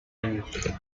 años